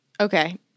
Okay